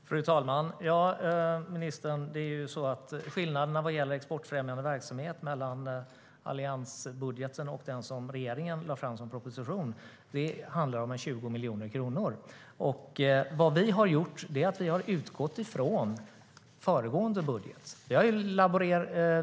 Fru talman! Ja, ministern, skillnaden när det gäller exportfrämjande verksamhet i alliansbudgeten och den budget som regeringen lade fram som proposition handlar om ca 20 miljoner kronor. Vi har utgått från föregående budget.